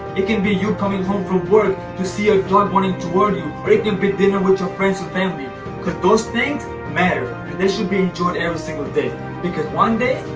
it can be you coming home from work to see your dog running toward you. or it can be dinner with your friends and family cause those things matter and they should be enjoyed every single because one day,